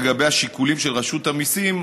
לגבי השיקולים של רשות המיסים,